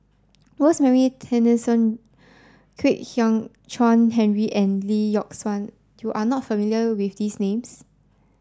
Rosemary Tessensohn Kwek Hian Chuan Henry and Lee Yock Suan you are not familiar with these names